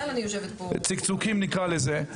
צקצוקים נקרא לזה.